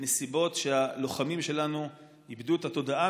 ובנסיבות שהלוחמים שלנו איבדו את התודעה,